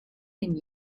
and